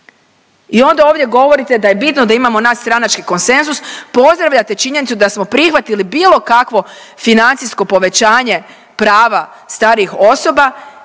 i onda ovdje govorite da je bitno da imamo nadstranački konsenzus. Pozdravljate činjenicu da smo prihvatili bilo kakvo financijsko povećanje prava starijih osoba